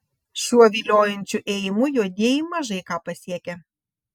šiuo viliojančiu ėjimu juodieji mažai ką pasiekia